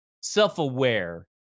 self-aware